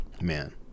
man